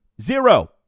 zero